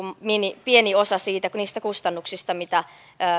pieni osa niistä kustannuksista mitä